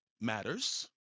matters